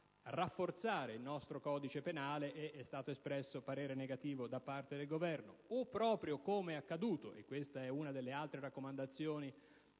il nostro codice penale ed è stato espresso parere negativo da parte del Governo, proprio come è accaduto - questa è un'altra delle raccomandazioni fatte